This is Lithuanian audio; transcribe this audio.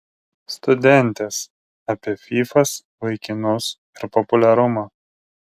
studentės apie fyfas vaikinus ir populiarumą